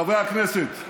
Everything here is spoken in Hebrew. חברי הכנסת,